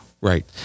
Right